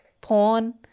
porn